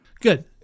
Good